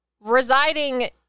residing